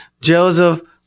Joseph